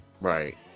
Right